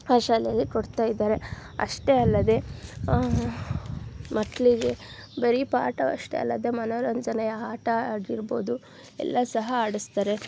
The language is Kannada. ಆ ಶಾಲೆಯಲ್ಲಿ ಕೊಡ್ತಾ ಇದ್ದಾರೆ ಅಷ್ಟೇ ಅಲ್ಲದೆ ಮಕ್ಕಳಿಗೆ ಬರಿ ಪಾಠ ಅಷ್ಟೇ ಅಲ್ಲದೆ ಮನೋರಂಜನೆಯ ಆಟ ಆಗಿರ್ಬೋದು ಎಲ್ಲ ಸಹ ಆಡಿಸ್ತಾರೆ